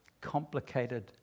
complicated